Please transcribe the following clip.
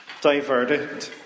diverted